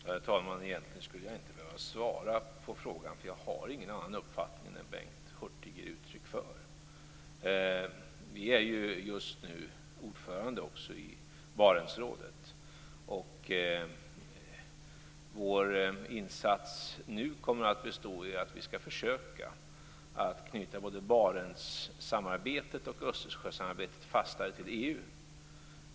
Herr talman! Egentligen skulle jag inte behöva svara på frågan, för jag har ingen annan uppfattning än den Bengt Hurtig ger uttryck för. Sverige är just nu ordförande i Barentsrådet. Vår insats kommer att bestå i att vi skall försöka att knyta både Barentssamarbetet och Östersjösamarbetet fastare till EU.